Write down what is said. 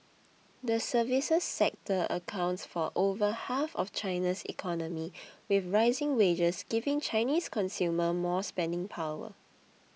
the services sector accounts for over half of China's economy with rising wages giving Chinese consumer more spending power